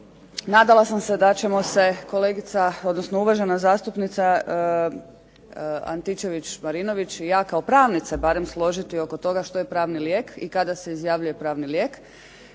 Nadala sam se da ćemo se kolegica, odnosno uvažena zastupnica Antičević-Marinović kao pravnice barem složiti oko toga što je pravni lijek i kada se izjavljuje pravni lijek,